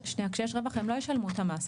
כשיש רווח הם לא ישלמו את המס,